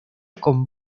con